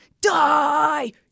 die